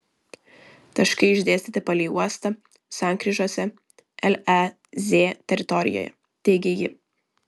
taškai išdėstyti palei uostą sankryžose lez teritorijoje teigė ji